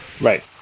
Right